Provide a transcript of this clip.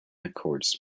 accords